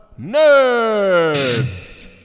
nerds